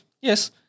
yes